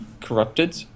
corrupted